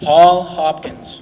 paul hopkins